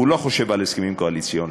אינו חושב על הסכמים קואליציוניים.